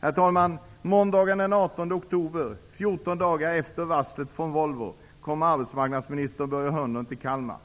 Herr talman! Måndagen den 18 oktober, 14 dagar efter varslet från Volvo, kommer arbetsmarknadsminister Börje Hörnlund till Kalmar.